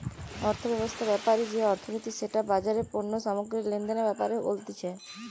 অর্থব্যবস্থা ব্যাপারে যে অর্থনীতি সেটা বাজারে পণ্য সামগ্রী লেনদেনের ব্যাপারে বলতিছে